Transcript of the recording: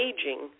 aging